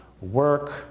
Work